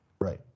Right